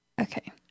Okay